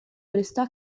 restò